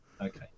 Okay